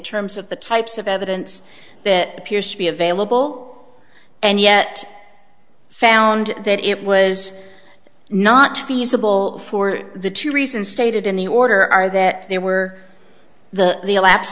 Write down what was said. terms of the types of evidence that appears to be available and yet found that it was not feasible for the two reasons stated in the order are that there were the elapsed